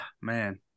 man